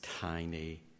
tiny